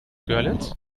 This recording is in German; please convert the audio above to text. görlitz